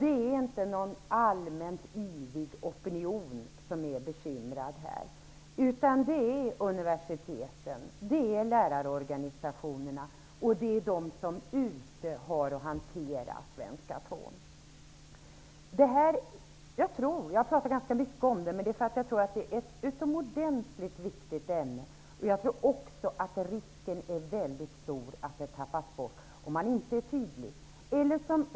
Det är inte fråga om en allmänt yvig opinion som är bekymrad, utan det är universiteten, lärarorganisationerna och övriga som skall hantera svenska 2. Jag har pratat mycket om svenska 2, men det är för att jag tycker att det är ett utomordentligt viktigt ämne. Jag tror också att risken är väldigt stor att ämnet tappas bort.